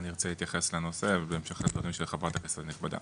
אני ארצה להתייחס לנושא אבל בהמשך לדברים של חברת הכנסת הנכבדה,